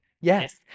Yes